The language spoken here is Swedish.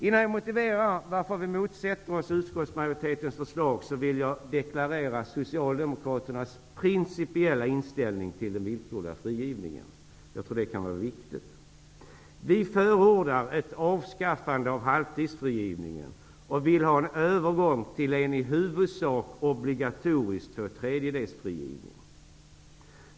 Innan jag motiverar varför vi motsätter oss utskottsmajoritetens förslag vill jag deklarera Socialdemokraternas principiella inställning till den villkorliga frigivningen. Vi förordar ett avskaffande av halvtidsfrigivningen och vill ha en övergång till en i huvudsak obligatorisk frigivning efter två tredjedelar av strafftiden.